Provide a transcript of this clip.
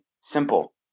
simple